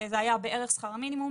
זה היה בערך שכר המינימום,